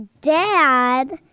dad